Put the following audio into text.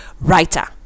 writer